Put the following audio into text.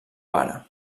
pare